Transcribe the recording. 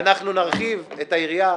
אנחנו נרחיב את היריעה.